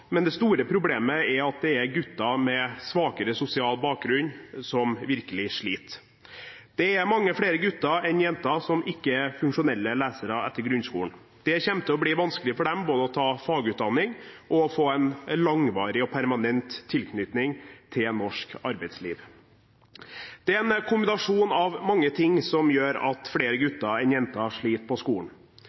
men det store problemet er at det er gutter med svakere sosial bakgrunn som virkelig sliter. Det er mange flere gutter enn jenter som ikke er funksjonelle lesere etter grunnskolen. Det kommer til å bli vanskelig for dem både å ta fagutdanning og å få en langvarig og permanent tilknytning til norsk arbeidsliv. Det er en kombinasjon av mange ting som gjør at flere gutter enn jenter sliter på skolen.